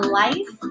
life